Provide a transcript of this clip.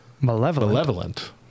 malevolent